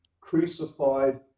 crucified